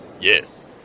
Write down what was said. Yes